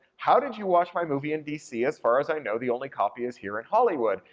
how did you watch my movie in d c? as far as i know the only copy is here in hollywood?